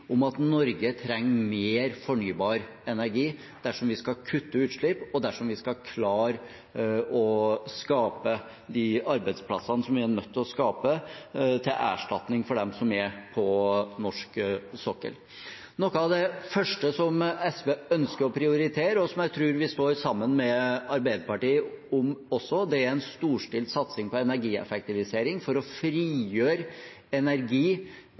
om at Norge trenger mer fornybar energi dersom vi skal kutte utslipp, og dersom vi skal klare å skape de arbeidsplassene vi er nødt til å skape til erstatning for dem som er på norsk sokkel. Noe av det første SV ønsker å prioritere, og som jeg også tror vi står sammen med Arbeiderpartiet om, er en storstilt satsing på energieffektivisering for å frigjøre energi,